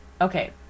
Okay